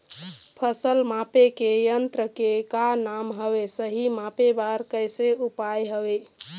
फसल मापे के यन्त्र के का नाम हवे, सही मापे बार कैसे उपाय हवे?